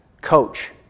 coach